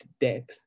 depth